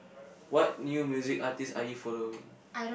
what new music artist are you following